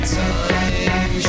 time